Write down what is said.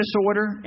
disorder